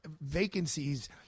vacancies